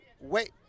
wait